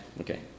okay